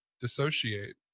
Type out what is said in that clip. dissociate